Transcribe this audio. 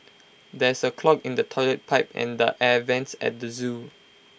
there is A clog in the Toilet Pipe and the air Vents at the Zoo